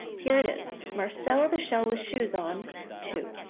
here it is. marcel the shell with shoes on two.